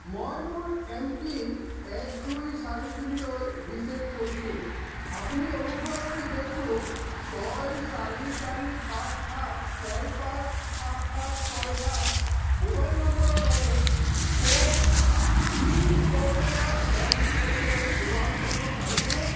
মই মোৰ M PIN এক দুই চাৰি তিনিলৈ ৰিচেট কৰিছোঁ আপুনি অনুগ্ৰহ কৰি সেইটো ছয় চাৰি চাৰি পাঁচ সাত ছয় পাঁচ সাত সাত ছয় সাত মোবাইল নম্বৰৰ বাবে কো ৱিন প'ৰ্টেলত লগ ইন কৰিবলৈ ব্যৱহাৰ কৰিব পাৰিবনে